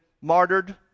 martyred